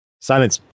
Silence